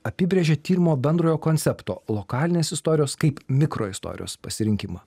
apibrėžė tyrimo bendrojo koncepto lokalinės istorijos kaip mikroistorijos pasirinkimą